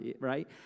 right